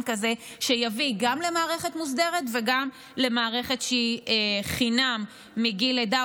כזה שיביא גם למערכת מוסדרת וגם למערכת שהיא חינם מגיל לידה,